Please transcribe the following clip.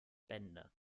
bände